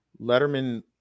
letterman